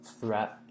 threat